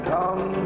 Come